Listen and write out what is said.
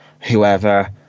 whoever